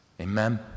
Amen